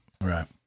Right